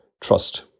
trust